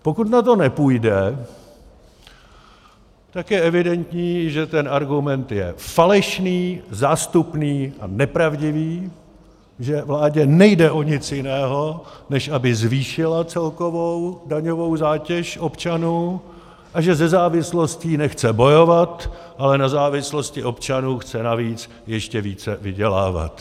Pokud na to nepůjde, tak je evidentní, že ten argument je falešný, zástupný a nepravdivý, že vládě nejde o nic jiného, než aby zvýšila celkovou daňovou zátěž občanů, a že se závislostí nechce bojovat, ale na závislosti občanů chce navíc ještě více vydělávat...